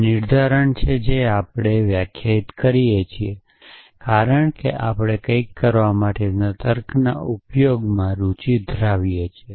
આ નિર્ધારણ છે જે આપણે વ્યાખ્યાયિત કરીએ છીએ કારણ કે આપણે કંઇક કરવા માટેના તર્કના ઉપયોગમાં રુચિ ધરાવીએ છીએ